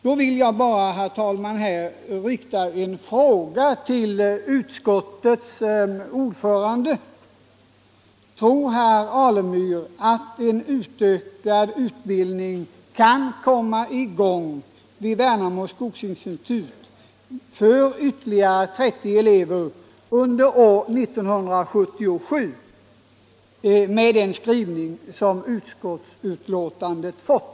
Jag vill bara, herr talman, rikta en fråga till utskottets ordförande: Tror herr Alemyr att en utökad utbildning kan komma i gång vid Värnamo skogsinstitut för ytterligare 30 elever under år 1977 med den skrivning som utskottsbetänkandet fått?